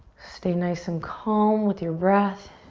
stay nice and calm with your breath.